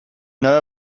know